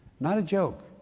not a joke.